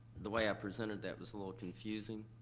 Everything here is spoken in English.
the way i presented that was a little confusing.